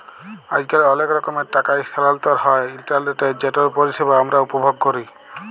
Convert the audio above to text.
আইজকাল অলেক রকমের টাকা ইসথালাল্তর হ্যয় ইলটারলেটে যেটর পরিষেবা আমরা উপভোগ ক্যরি